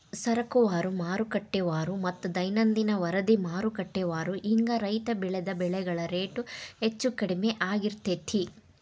ಸರಕುವಾರು, ಮಾರುಕಟ್ಟೆವಾರುಮತ್ತ ದೈನಂದಿನ ವರದಿಮಾರುಕಟ್ಟೆವಾರು ಹಿಂಗ ರೈತ ಬೆಳಿದ ಬೆಳೆಗಳ ರೇಟ್ ಹೆಚ್ಚು ಕಡಿಮಿ ಆಗ್ತಿರ್ತೇತಿ